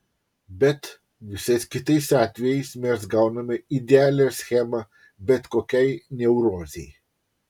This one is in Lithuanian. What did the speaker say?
bet visais kitais atvejais mes gauname idealią schemą bet kokiai neurozei